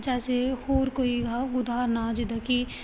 ਜੈਸੇ ਹੋਰ ਕੋਈ ਆ ਉਦਾਹਰਨਾਂ ਜਿੱਦਾਂ ਕਿ